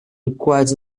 requires